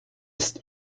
ist